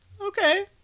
Okay